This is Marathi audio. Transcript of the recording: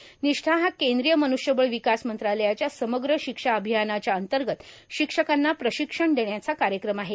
निष्ठा हा केंद्रीय मनुष्यबळ विकास मंत्रालयाच्या समग्र शिक्षा अभियानाच्या अंतर्गंत शिक्षकांना प्रशिक्षण देण्याचा कार्यक्रम आहे